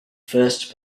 first